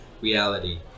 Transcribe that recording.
reality